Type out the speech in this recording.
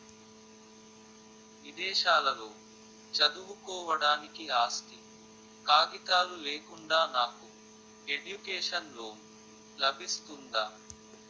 విదేశాలలో చదువుకోవడానికి ఆస్తి కాగితాలు లేకుండా నాకు ఎడ్యుకేషన్ లోన్ లబిస్తుందా?